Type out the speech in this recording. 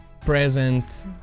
present